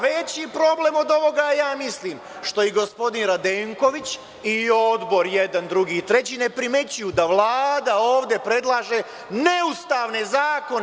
Veći problem od ovoga je mislim što i gospodin Radenković i odbor, jedan, drugi i treći, ne primećuju da Vlada ovde predlaže neustavne zakone.